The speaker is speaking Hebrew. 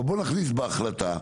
אבל בוא נחליט בהחלטה,